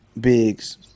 Biggs